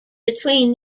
between